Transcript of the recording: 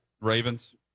Ravens